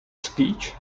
speech